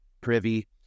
privy